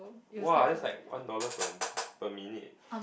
(wah) that's like one dollar per per minute